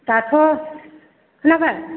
दाथ' खोनाबाय